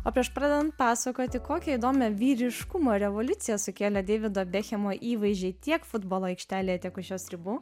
o prieš pradedant pasakoti kokią įdomią vyriškumo revoliuciją sukėlė deivido bekhemo įvaizdžiai tiek futbolo aikštelėje tiek už jos ribų